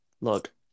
look